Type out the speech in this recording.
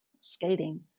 skating